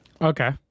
Okay